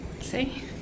See